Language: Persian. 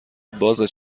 بازه